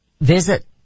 Visit